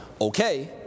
okay